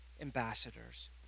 ambassadors